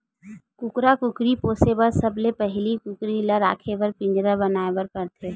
कुकरा कुकरी पोसे बर सबले पहिली कुकरी ल राखे बर पिंजरा बनाए बर परथे